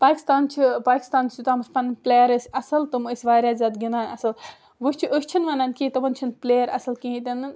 پاکِستان چھِ پاکِستانَس یوٚتامَتھ پَننۍ پُلیر ٲسۍ اَصٕل تِم ٲسۍ واریاہ زیادٕ گِنٛدان اَصٕل وۄنۍ چھِ أسۍ چھِنہٕ وَنان کہِ تِمَن چھِنہٕ پُلیر اَصٕل کِہیٖنٛۍ تہِ نہٕ